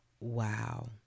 Wow